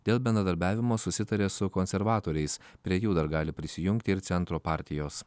dėl bendradarbiavimo susitarė su konservatoriais prie jų dar gali prisijungti ir centro partijos